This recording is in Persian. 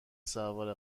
سوار